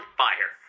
fire